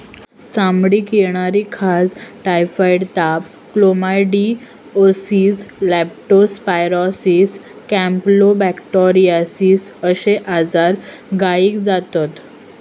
चामडीक येणारी खाज, टायफॉइड ताप, क्लेमायडीओसिस, लेप्टो स्पायरोसिस, कॅम्पलोबेक्टोरोसिस अश्ये आजार गायीक जातत